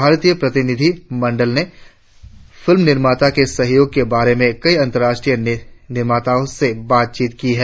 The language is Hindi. भारतीय प्रतिनिधि मंडल ने फिल्म निर्माण में सहयोग के बारे में कई अंतराष्ट्रीय निर्माताओ से बातचीत की है